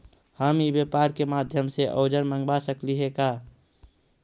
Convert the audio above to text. हम ई व्यापार के माध्यम से औजर मँगवा सकली हे का?